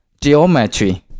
Geometry